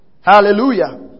Hallelujah